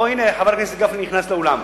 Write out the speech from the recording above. או, הנה, חבר הכנסת גפני נכנס לאולם.